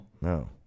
No